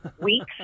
weeks